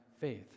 faith